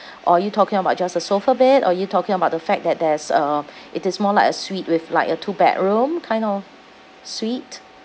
or are you talking about just a sofa bed or are you talking about the fact that there's a it is more like a suite with like a two bedroom kind of suite